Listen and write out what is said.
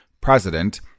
president